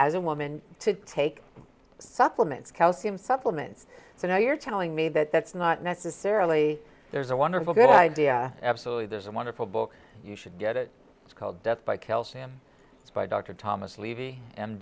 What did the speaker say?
as a woman to take supplements calcium supplements so now you're telling me that that's not necessarily there's a wonderful good idea absolutely there's a wonderful book you should get it it's called death by calcium it's by dr thomas levy